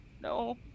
No